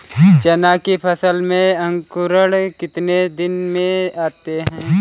चना की फसल में अंकुरण कितने दिन में आते हैं?